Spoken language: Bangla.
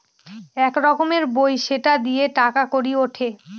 এক রকমের বই সেটা দিয়ে টাকা কড়ি উঠে